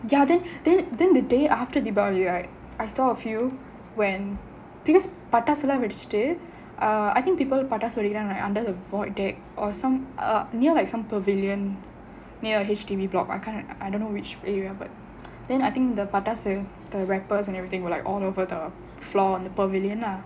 ya then then the day after deepavali right I saw a few when because pattasu லாம் வெடிச்சிட்டு:pattaasu laam vedichittu I think people pattasu வெடிக்கிறாங்க:pattaasu vedikkiraanga under the void deck or some err near like some pavilion you know like H_D_B blocks ah kind of I don't know which area but then I think the pattasu the wrappers and everything were like all over the floor on the pavilion lah